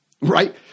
right